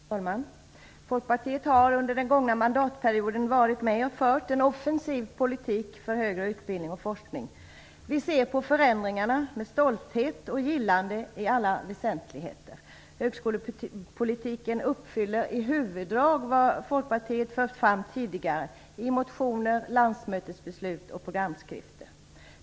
Herr talman! Folkpartiet har under den gångna mandatperioden varit med och fört en offensiv politik för högre utbildning och forskning. Vi ser på förändringarna med stolthet och gillande i alla väsentligheter. Högskolepolitiken uppfyller i huvuddrag vad Folkpartiet fört fram tidigare i motioner, landsmötesbeslut och programskrifter.